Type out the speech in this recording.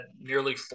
nearly